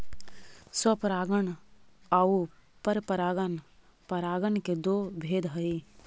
स्वपरागण आउ परपरागण परागण के दो भेद हइ